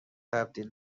تبدیل